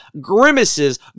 Grimace's